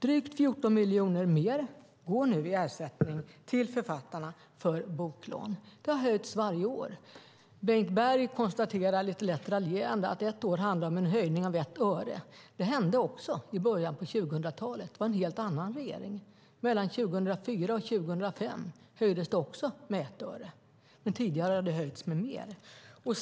Drygt 14 miljoner mer går nu i ersättning till författarna för boklån. Den har höjts varje år. Bengt Berg konstaterar lite lätt raljerande att ett år handlade det om en höjning på 1 öre. Det hände också i början av 2000-talet, och då var det en helt annan regering. Mellan 2004 och 2005 höjdes den också med 1 öre, men tidigare har den höjts med mer.